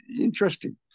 interesting